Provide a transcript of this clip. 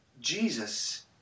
Jesus